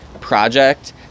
project